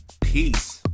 Peace